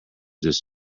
this